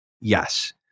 Yes